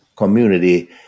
Community